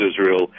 Israel